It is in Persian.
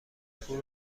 پول